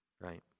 right